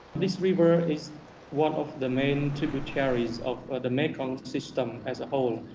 this river is one of the main tributaries of the mekong system as a whole.